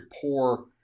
poor